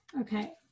Okay